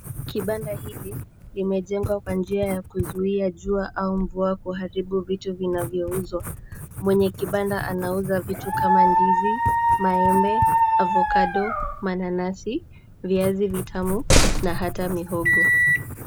Kibanda hiki kimejengwa kwa njia ya kuzuia jua au mvua kuharibu vitu vinavyouzwa. Mwenye kibanda anauza vitu kama; ndizi, maembe, avocado[ cs] ,mananasi, viazi vitamu na hata mihogo.